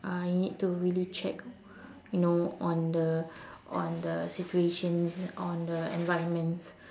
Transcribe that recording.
uh you need to really check you know on the on the situations on the environments